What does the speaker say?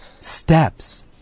steps